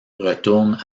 retourne